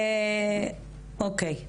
אוקי.